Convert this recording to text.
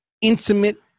intimate